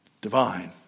divine